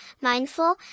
mindful